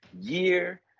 year